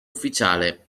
ufficiale